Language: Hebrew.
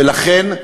ולכן,